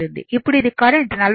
ఇప్పుడు ఇది కరెంట్ 43